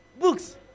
Books